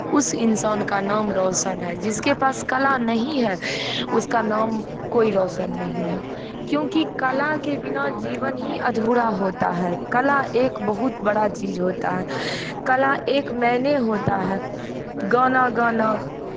उस इंसान का नाम रौशन है जिसके पास कला नहीं है उसका नाम कोई रौशन नहीं है क्योंकि कला के बिना जीवन ही अधूरा होता है कला एक बहुत बड़ा चीज़ होता है कला एक मायने होता है गाना गाना